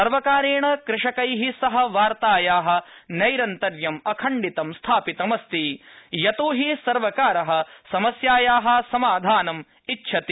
सर्वकारण कृषकै सह वार्ताया नैरन्तर्यम् अखण्डितं स्थापितमस्ति यतो हि सर्वकार समस्याया समाधानमिच्छति